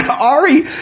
Ari